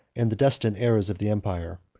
and the destined heirs of the empire.